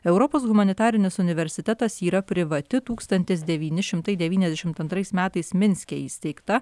europos humanitarinis universitetas yra privati tūkstantis devyni šimtai devyniasdešimt antrais metais minske įsteigta